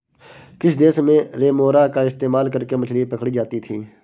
किस देश में रेमोरा का इस्तेमाल करके मछली पकड़ी जाती थी?